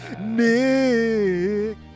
Nick